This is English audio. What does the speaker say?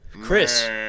Chris